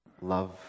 love